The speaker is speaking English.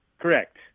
Correct